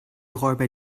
räuber